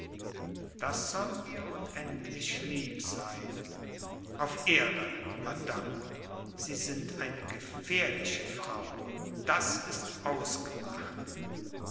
das soll mir unendlich lieb sein auf ehre madame sie sind eine gefährliche frau das ist ausgemacht